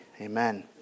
Amen